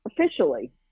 officially